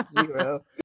Zero